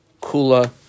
Kula